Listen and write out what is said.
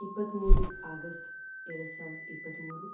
ಇಪ್ಪತ್ತ್ಮೂರು ಆಗಸ್ಟ್ ಎರಡು ಸಾವಿರದ ಇಪ್ಪತ್ತ್ಮೂರು